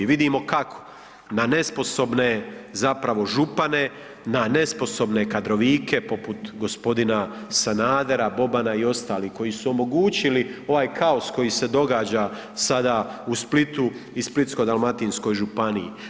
Vidimo kako, na nesposobne zapravo župane, na nesposobne kadrovike poput g. Sanadera, Bobana i ostalih koji su omogućili ovaj kaos koji se događa sada u Splitu i Splitsko-dalmatinskoj županiji.